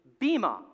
bima